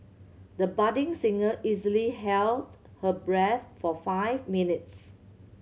the budding singer easily held her breath for five minutes